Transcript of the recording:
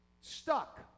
Stuck